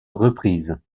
reprises